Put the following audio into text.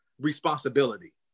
responsibility